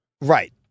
Right